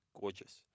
gorgeous